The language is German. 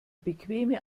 bequeme